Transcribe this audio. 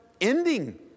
ending